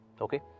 Okay